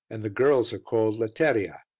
and the girls are called letteria.